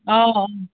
অঁ অঁ